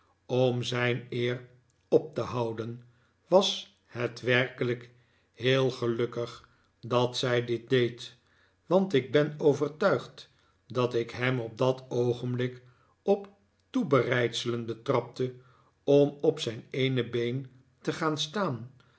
om zijn eer op te houden r was het werkelijk heel gelukkig dat zij dit deed want ik ben overtuigd dat ik hem op dat oogenblik op toebereidselen betrapte om op zijn eene been te gaan staan